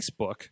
Facebook